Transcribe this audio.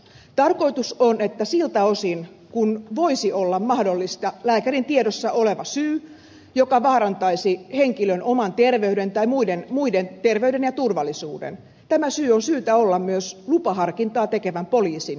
tarkoitus on että siltä osin kuin voisi olla mahdollista lääkärin tiedossa olevan syy joka vaarantaisi henkilön oman terveyden tai muiden terveyden ja turvallisuuden tämän syyn on syytä olla myös lupaharkintaa tekevän poliisin tiedossa